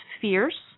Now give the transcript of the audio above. fierce